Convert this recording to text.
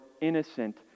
innocent